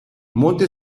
molte